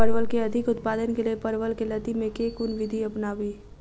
परवल केँ अधिक उत्पादन केँ लेल परवल केँ लती मे केँ कुन विधि अपनाबी?